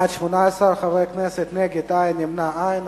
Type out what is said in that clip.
בעד, 18, נגד, אין, נמנע, אין.